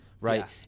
right